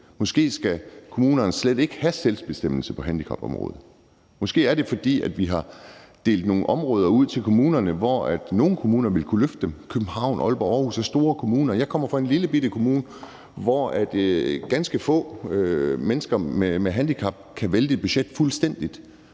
Måske skal kommunerne slet ikke have selvbestemmelse på handicapområdet. Måske er det, fordi vi har delt nogle områder ud til kommunerne, hvor nogle kommuner vil kunne løfte dem – København, Aalborg og Aarhus er store kommuner. Jeg kommer fra en lillebitte kommune, hvor ganske få mennesker med handicap kan vælte et budget fuldstændig,